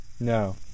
No